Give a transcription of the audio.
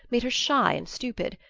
made her shy and stupid.